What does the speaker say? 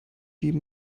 die